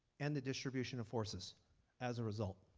and the distribution of forces as a result.